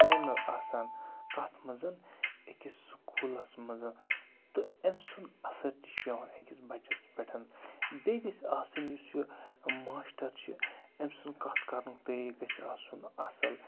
trainer آسان کَتھ منٛز أکِس سکوٗلَس منٛز تہٕ أمۍ سُنٛد اَثَر تہِ چھُ پٮ۪وان أکِس بَچَس پٮ۪ٹھ بیٚیہِ گَژھِ آسٕنۍ یُس یہِ ماشٹَر چھِ أمۍ سُنٛد کَتھ کَرنُک طٔریق گَژھِ آسُن اَصٕل